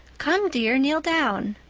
come, dear, kneel down,